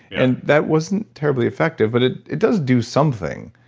and that wasn't terribly effective but it it does do something.